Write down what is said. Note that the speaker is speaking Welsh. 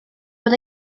bod